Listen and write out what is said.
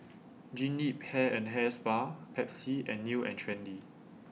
Jean Yip Hair and Hair Spa Pepsi and New and Trendy